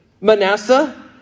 Manasseh